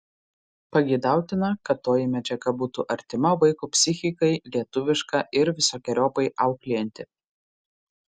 pageidautina kad toji medžiaga būtų artima vaiko psichikai lietuviška ir visokeriopai auklėjanti